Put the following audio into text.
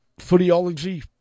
Footyology